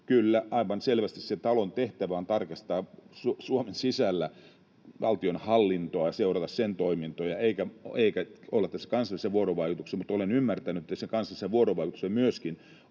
Kyllä, aivan selvästi sen talon tehtävä on tarkastaa Suomen sisällä valtionhallintoa ja seurata sen toimintoja eikä olla kansainvälisessä vuorovaikutuksessa, mutta olen ymmärtänyt, että tässä kansainvälisessä vuorovaikutuksessa myöskin